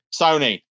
Sony